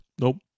Nope